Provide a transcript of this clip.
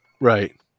Right